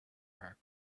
heart